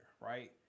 right